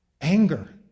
Anger